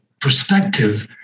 perspective